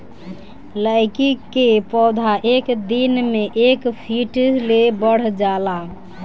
लैकी के पौधा एक दिन मे एक फिट ले बढ़ जाला